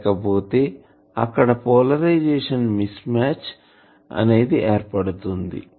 లేకపోతే అక్కడ polarisation mismatch ఏర్పడుతుంది